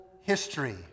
history